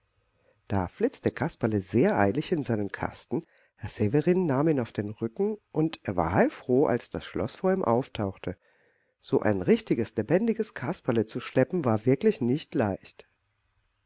da flitzte kasperle sehr eilig in seinen kasten herr severin nahm ihn auf den rücken und er war heilfroh als das schloß vor ihm auftauchte so ein richtiges lebendiges kasperle zu schleppen war wirklich nicht leicht